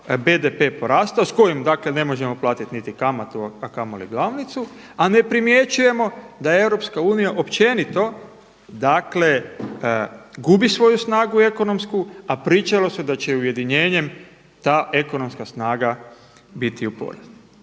BDP-e porastao s kojim dakle ne možemo platiti niti kamatu, a kamoli glavnicu, a ne primjećujemo da Europska unija općenito dakle gubi svoju snagu ekonomsku, a pričalo se da će ujedinjenjem ta ekonomska snaga biti u porastu.